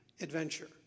adventure